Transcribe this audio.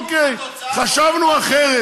תגידו: אוקיי, חשבנו אחרת,